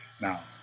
Now